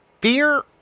fear